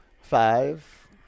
Five